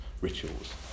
rituals